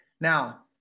Now